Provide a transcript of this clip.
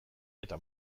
eta